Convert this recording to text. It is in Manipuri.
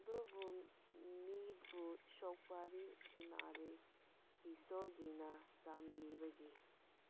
ꯑꯗꯨꯕꯨ ꯃꯤꯕꯨ ꯁꯣꯛꯄꯗꯤ ꯀꯤꯅꯔꯤ ꯏꯁꯣꯔꯅ ꯆꯥꯟꯕꯤꯕꯒꯤ